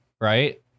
right